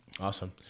Awesome